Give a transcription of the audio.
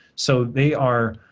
so, they are